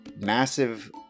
massive